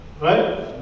Right